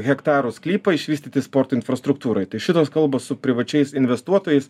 hektarų sklypą išvystyti sporto infrastruktūrai tai šitos kalbos su privačiais investuotojais